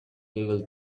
google